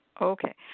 Okay